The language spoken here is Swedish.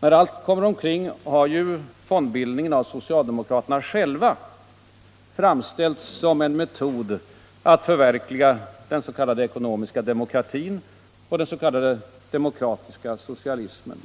När allt kommer omkring har ju fondbildningen av socialdemokraterna själva framställts som en metod att förverkliga den s.k. ekonomiska demokratin och den s.k. demokratiska socialismen.